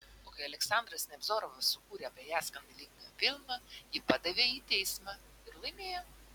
o kai aleksandras nevzorovas sukūrė apie ją skandalingą filmą ji padavė jį į teismą ir laimėjo